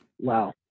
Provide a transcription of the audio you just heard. Wow